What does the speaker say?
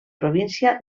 província